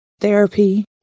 therapy